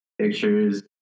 pictures